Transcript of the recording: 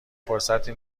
فرصتی